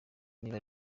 niba